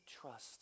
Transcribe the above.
trust